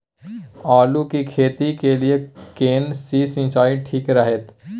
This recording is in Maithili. आलू की खेती के लिये केना सी सिंचाई ठीक रहतै?